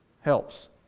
helps